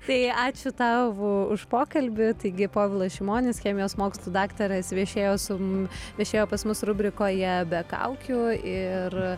tai ačiū tau už pokalbį taigi povilas šimonis chemijos mokslų daktaras viešėjo su m viešėjo pas mus rubrikoje be kaukių ir